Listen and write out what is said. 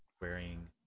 wearing